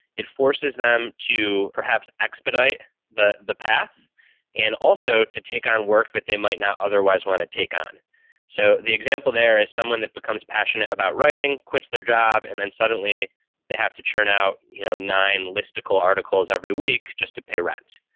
it forces them to perhaps expedite the the path and also to take on work that they might not otherwise want to take on so, the example there is someone that becomes passionate about writing, quits their job, and then suddenly they have to churn out you know nine listicle articles every week just to pay rent.